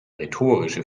rhetorische